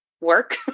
work